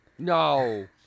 no